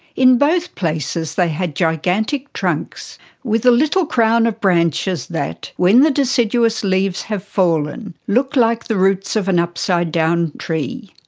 in both places they had gigantic trunks with a little crown of branches that when the deciduous leaves have fallen look like the roots of an upside-down tree.